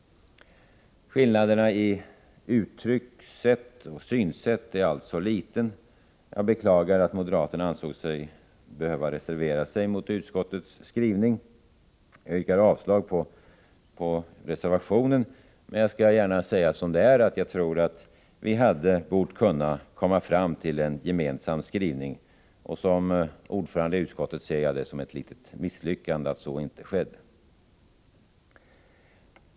Skillnaderna i uttryck och synsätt är alltså liten. Jag beklagar, att moderaterna ansåg att reservation är nödvändig och yrkar avslag på den. Jag skall närmast säga som det är, att jag tror att vi hade bort komma fram till en gemensam skrivning. Som ordförande i utskottet ser jag det som ett litet misslyckande att så inte skedde.